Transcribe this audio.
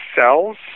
Cells